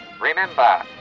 Remember